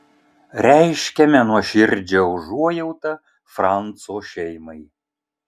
reiškiame nuoširdžią užuojautą franco šeimai